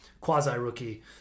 quasi-rookie